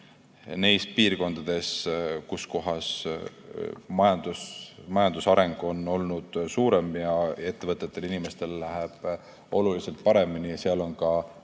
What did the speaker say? neis piirkondades, kus majandusareng on olnud suurem ning ettevõtetel ja inimestel läheb oluliselt paremini, on ka